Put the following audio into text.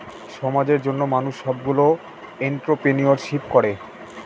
সমাজের জন্য মানুষ সবগুলো এন্ট্রপ্রেনিউরশিপ করে